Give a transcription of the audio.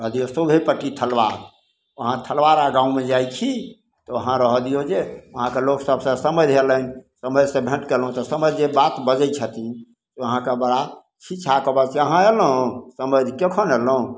रहऽ दियौ शोभेपटी थलवार वहाँ थलवारा गाँवमे जाइ छी तऽ वहाँ रहऽ दियौ जे वहाँके लोग सबसँ समधि अयलनि तऽ समधिसँ भेंट कयलहुँ तऽ समधि जे बात बजय छथिन वहाँके छी छा कऽ बस अहाँ अयलहुँ समधि कखन अयलहुँ